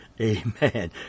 Amen